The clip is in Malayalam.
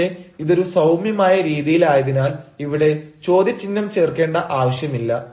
പക്ഷേ ഇതൊരു സൌമ്യമായ രീതിയിൽ ആയതിനാൽ ഇവിടെ ചോദ്യചിഹ്നം ചേർക്കേണ്ട ആവശ്യമില്ല